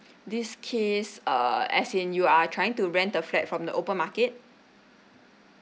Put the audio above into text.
this case err as in you are trying to rent the flat from the open market